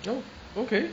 oh okay